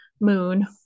moon